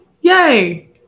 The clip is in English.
yay